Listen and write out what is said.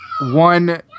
one